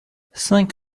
cinq